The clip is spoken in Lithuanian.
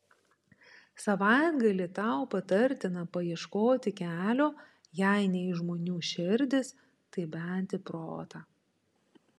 savaitgalį tau patartina paieškoti kelio jei ne į žmonių širdis tai bent į protą